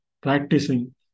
practicing